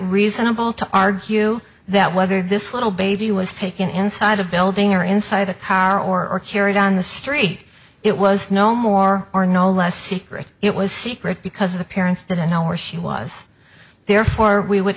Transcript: reasonable to argue that whether this little baby was taken inside a building or inside a car or carried on the street it was no more or no less secret it was secret because the parents didn't know where she was therefore we would